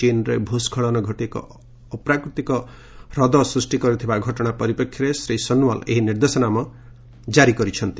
ଚୀନ୍ରେ ଭୂସ୍କଳନ ଘଟି ଏକ ଅପ୍ରାକୃତିକ ହ୍ରଦ ସୃଷ୍ଟି କରିଥିବା ଘଟଣା ପରିପ୍ରେକ୍ଷୀରେ ଶ୍ରୀ ସୋନୱାଲ ଏହି ନିର୍ଦ୍ଦେଶନାମା କ୍କାରି କରିଛନ୍ତି